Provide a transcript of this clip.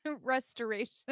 restoration